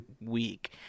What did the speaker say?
week